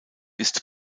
ist